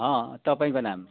अँ तपाईँको नाम